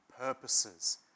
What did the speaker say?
purposes